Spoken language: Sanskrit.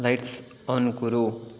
लैट्स् आन् कुरु